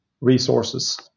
resources